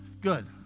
Good